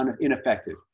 ineffective